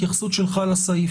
התייחסות שלך לסעיף.